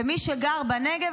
ומי שגר בנגב,